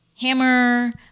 hammer